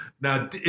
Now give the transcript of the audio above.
now